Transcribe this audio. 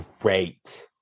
great